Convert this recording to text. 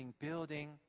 building